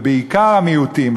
ובעיקר המיעוטים.